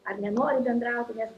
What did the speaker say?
ar nenori bendrauti nes